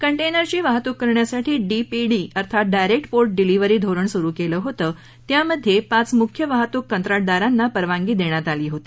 कंटेनरची वाहतूक करण्यासाठी डीपीडी अर्थात डायरेक्ट पोर्ट डिलिव्हरी धोरण सुरू केलं होतं त्यामध्ये पाच मुख्य वाहतूक कंत्राटदारांना परवानगी देण्यात आली होती